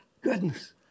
goodness